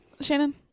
Shannon